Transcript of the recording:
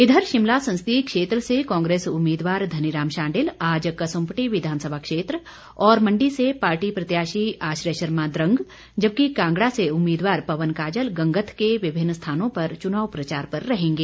इधर शिमला संसदीय क्षेत्र से कांग्रेस उम्मीदवार धनी राम शांडिल आज कसुम्पटी विधानसभा क्षेत्र और मंडी से पार्टी प्रत्याशी आश्रय शर्मा द्वंग जबकि कांगड़ा से उम्मीदवार पवन काजल गंगत के विभिन्न स्थानों पर चुनाव प्रचार पर रहेंगे